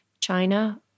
China